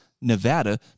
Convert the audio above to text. Nevada